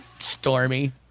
stormy